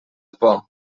por